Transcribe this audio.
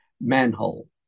Manhole